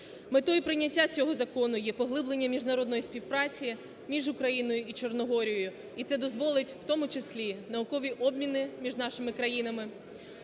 Метою прийняття цього закону є поглиблення міжнародної співпраці між Україною і Чорногорією. І це дозволить в тому числі наукові обміни між нашими країнами,